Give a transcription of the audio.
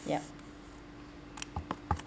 yup